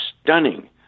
stunning